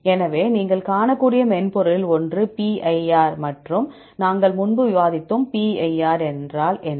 எனவே நீங்கள் காணக்கூடிய மென்பொருளில் ஒன்று PIR மற்றும் நாங்கள் முன்பு விவாதித்தோம் PIR என்றால் என்ன